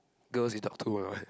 girls he talk to or not